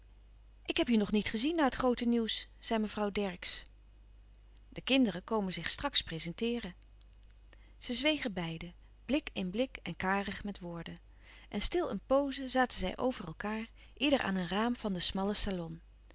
ik heb je nog niet gezien na het groote nieuws zei mevrouw dercksz de kinderen komen zich straks prezenteeren zij zwegen beiden blik in blik en karig met woorden en stil een pooze zaten zij over elkaâr ieder aan een raam van den smallen salon